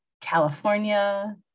California